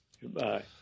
Goodbye